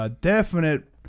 definite